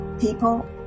people